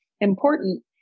important